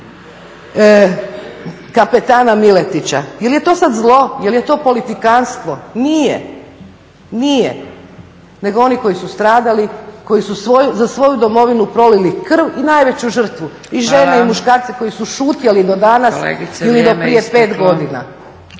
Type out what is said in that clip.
kapetana Miletića. Je li je to sad zlo, je li je to politikantstvo? Nije, nije. Nego oni koji su stradali, koji su za svoju domovinu prolili krv i najveću žrtvu. I žene i muškarci koji su šutjeli do danas i do prije 5 godina.